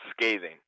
scathing